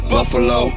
Buffalo